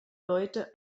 leute